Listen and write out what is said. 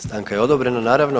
Stanka je odobrena naravno.